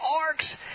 arcs